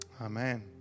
Amen